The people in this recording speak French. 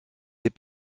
les